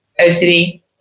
OCD